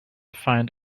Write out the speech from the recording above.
find